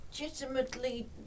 legitimately